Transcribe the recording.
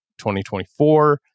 2024